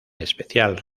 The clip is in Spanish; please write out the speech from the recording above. especial